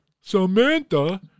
Samantha